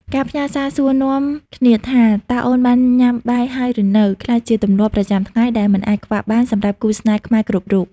ការផ្ញើសារសួរនាំគ្នាថា "តើអូនបានញ៉ាំបាយហើយឬនៅ?" ក្លាយជាទម្លាប់ប្រចាំថ្ងៃដែលមិនអាចខ្វះបានសម្រាប់គូស្នេហ៍ខ្មែរគ្រប់រូប។